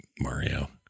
Mario